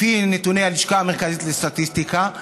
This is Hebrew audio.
לפי נתוני הלשכה המרכזית לסטטיסטיקה,